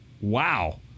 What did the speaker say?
Wow